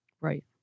Right